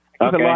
Okay